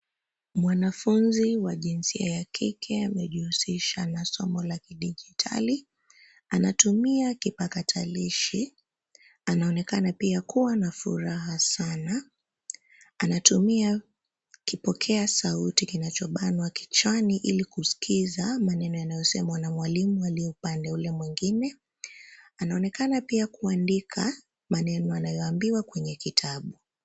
Mwanafunzi wa jinsia ya kike, amejihuisha na somo la kidijitali. Anatumia kipatakalishi, anaonekana pia kuwa na furaha sana. Anatumia kipokea sauti kinachobanwa kichwani ili kuskiza maneno yanayosemwa na mwalimu aliye upande ule mwengine. Anaonekana pia kuandika maneno anayoambiwa kwenye kitabu.